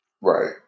Right